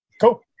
Cool